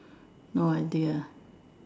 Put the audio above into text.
no idea ah